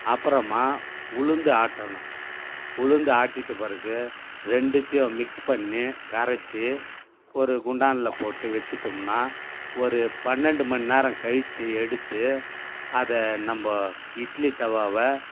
அப்புறமா உளுந்து ஆட்டணும் உளுந்து ஆட்டிட்ட பிறகு ரெண்டுத்தியும் மிக்ஸ் பண்ணி கரைத்து ஒரு குண்டானில் போட்டு வச்சுட்டோம்னா ஒரு பன்னெண்டு மணிநேரம் கழித்து எடுத்து அதை நம்ம இட்லி தவாவை